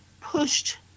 pushed